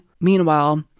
Meanwhile